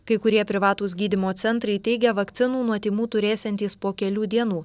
kai kurie privatūs gydymo centrai teigia vakcinų nuo tymų turėsiantys po kelių dienų